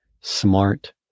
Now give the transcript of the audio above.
smart